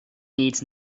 needs